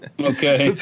Okay